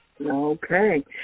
Okay